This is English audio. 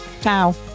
Ciao